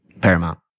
paramount